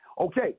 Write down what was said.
Okay